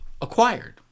acquired